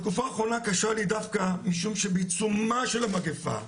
התקופה האחרונה קשה לי דווקא משום שבעיצומה של המגפה,